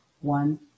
One